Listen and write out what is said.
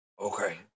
Okay